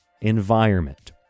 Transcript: environment